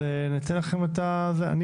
אז ניתן לכם.